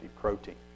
protein